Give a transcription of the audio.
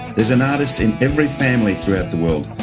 there's an artist in every family throughout the world.